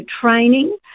training